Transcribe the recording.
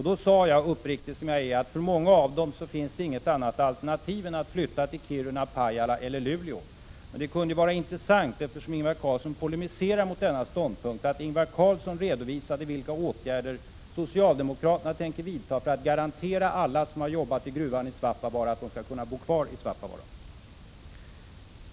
Då sade jag, uppriktig som jag är, att för många av dem finns det inget annat alternativ än att flytta till Kiruna, Pajala eller Luleå. Men det kunde ju vara intressant, eftersom Ingvar Carlsson polemiserar mot denna ståndpunkt, om Ingvar Carlsson redovisade vilka åtgärder socialdemokraterna tänker vidta för att garantera att alla som har jobbat i gruvan i Svappavaara skall kunna bo kvar i Svappavaara.